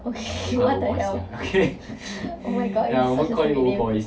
okay what the hell oh my god is such a weird name